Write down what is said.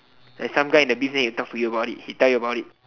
like some guy in the beef he'll talk to you about it he tell you about it